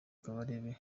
kabarebe